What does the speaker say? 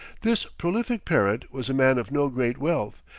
this prolific parent was a man of no great wealth,